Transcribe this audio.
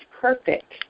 perfect